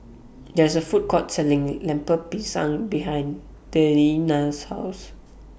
There IS A Food Court Selling Lemper Pisang behind Deana's House